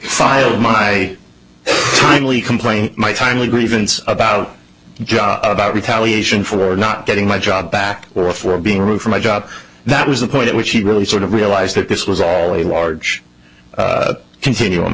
filed my only complaint my timely grievance about job out retaliation for not getting my job back or for being removed from a job that was the point at which he really sort of realized that this was all a large continue on the